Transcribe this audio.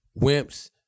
Wimps